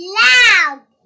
loud